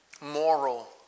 moral